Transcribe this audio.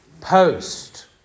post